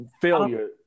failure